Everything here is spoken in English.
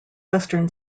western